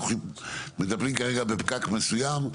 אנחנו מדברים כרגע על פקק מסוים,